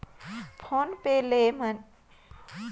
phone पे ले मइनसे हर आनलाईन कोनो मनखे के खाता मे पइसा भेज सकथे